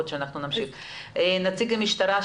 נציג המשטרה,